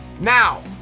Now